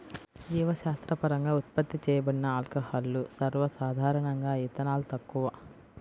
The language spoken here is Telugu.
జీవశాస్త్రపరంగా ఉత్పత్తి చేయబడిన ఆల్కహాల్లు, సర్వసాధారణంగాఇథనాల్, తక్కువ